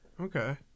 Okay